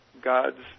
God's